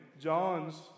John's